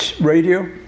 Radio